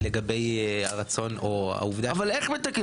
לגבי הרצון או העובדה --- אבל איך מתקנים?